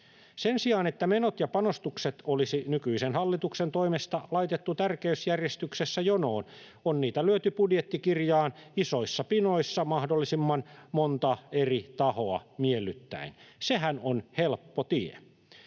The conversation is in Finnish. Sen sijaan, että menot ja panostukset olisi nykyisen hallituksen toimesta laitettu tärkeysjärjestyksessä jonoon, on niitä lyöty budjettikirjaan isoissa pinoissa mahdollisimman monta eri tahoa miellyttäen. Sehän on helppo tie.